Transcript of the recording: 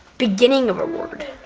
beginning of a word?